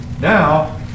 Now